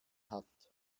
hat